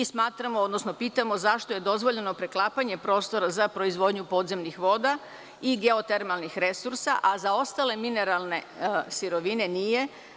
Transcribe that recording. Smatramo, odnosno pitamo zašto je dozvoljeno preklapanje prostora za proizvodnju podzemnih voda i geotermalnih resursa, a za ostale mineralne sirovine nije?